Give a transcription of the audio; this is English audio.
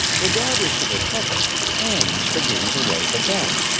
regardless of the topic, hands begin to wave about.